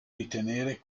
ritenere